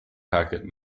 packet